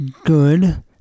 good